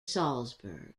salzburg